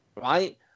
right